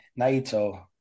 Naito